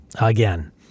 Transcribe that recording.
Again